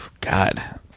God